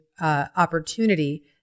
opportunity